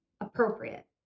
appropriate